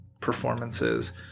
performances